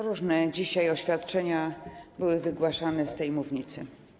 Różne dzisiaj oświadczenia były wygłaszane z tej mównicy.